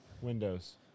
Windows